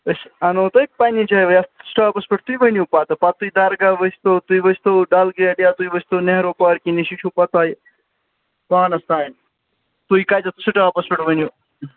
أسۍ اَنو تُہۍ پنٕنے جایہِ یَتھ سِٹاپَس پٮ۪ٹھ تُہۍ ؤنو پَتہٕ پتہٕ تُہۍ درگاہ ؤسۍتو تُہۍ ؤسۍتو ڈل گیٹ یا تُہۍ ؤسۍتو نہروٗ پارکہِ نِشی چھُو پَتہٕ تۄہہِ پانَس تانۍ تُہۍ کَتٮ۪تھ سِٹاپَس پٮ۪ٹھ ؤنِو